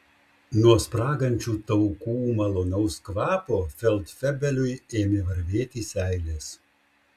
nuo spragančių taukų malonaus kvapo feldfebeliui ėmė varvėti seilės